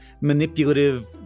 manipulative